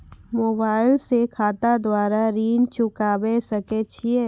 Mobile से खाता द्वारा ऋण चुकाबै सकय छियै?